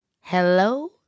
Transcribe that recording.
Hello